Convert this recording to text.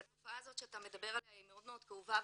התופעה הזאת שאתה מדבר עליה היא מאוד מאוד כאובה